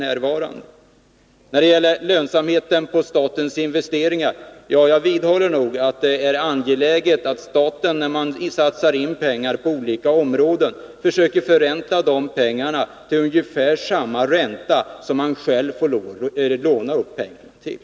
Beträffande lönsamheten på statens investeringar vidhåller jag att det är angeläget att staten försöker förränta de pengar som man sätter in på olika områden till ungefär samma ränta som man själv får låna upp pengarna till.